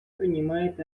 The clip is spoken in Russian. принимает